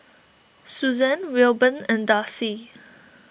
Susanne Wilburn and Darcie